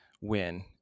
win